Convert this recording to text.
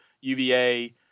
UVA